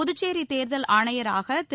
புதுச்சேரி தேர்தல் ஆணையராக திரு